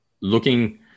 Looking